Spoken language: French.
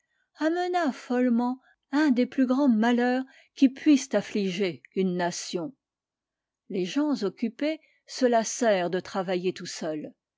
amena follement un des plus grands malheurs qui puissent affliger une nation les gens occupés se lassèrent de travailler tout seuls